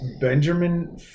Benjamin